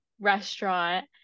restaurant